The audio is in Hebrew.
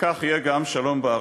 וכך יהיה גם שלום בארץ.